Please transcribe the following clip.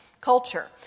culture